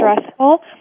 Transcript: stressful